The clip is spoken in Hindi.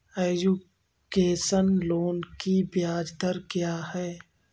एजुकेशन लोन की ब्याज दर क्या है?